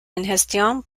ingestión